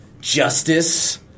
Justice